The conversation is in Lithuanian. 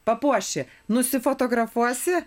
papuoši nusifotografuosi